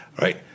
right